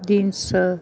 jeans